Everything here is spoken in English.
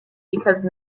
because